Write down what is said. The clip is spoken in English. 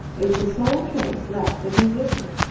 is the sole trace left of his visit.